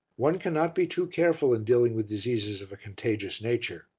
one cannot be too careful in dealing with diseases of a contagious nature.